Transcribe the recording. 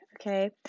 Okay